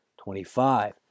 twenty-five